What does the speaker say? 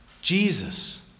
Jesus